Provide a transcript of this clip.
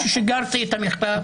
כששיגרתי את המכתב,